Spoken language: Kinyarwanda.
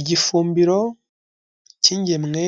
Igifumbiro cy'ingemwe